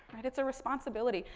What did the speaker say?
right, it's a responsibility.